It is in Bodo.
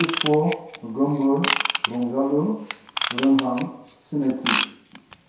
पुस्प गोमबोर रंजालु रोंहां सिनायथि